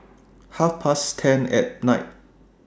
Half Past ten At Night